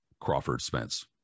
Crawford-Spence